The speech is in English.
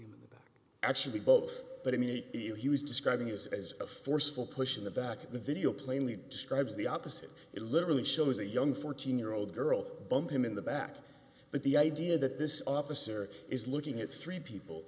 pushing actually both that i meet you he was describing his as a forceful push in the back of the video plainly describes the opposite it literally shows a young fourteen year old girl bump him in the back but the idea that this officer is looking at three people